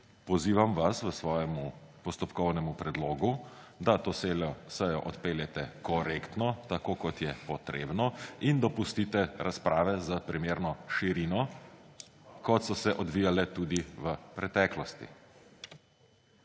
pozivam vas v svojem postopkovnem predlogu, da to sejo odpeljete korektno, tako kot je potrebno, in dopustite razprave s primerno širino, kot so se odvijale tudi v preteklosti.